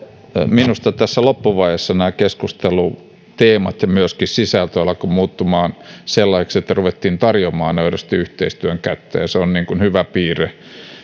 minusta tässä loppuvaiheessa keskustelun teemat ja myöskin sisältö alkoivat muuttumaan sellaisiksi että ruvettiin tarjoamaan aidosti yhteistyön kättä ja se on hyvä piirre